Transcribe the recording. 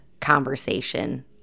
conversation